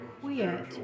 quit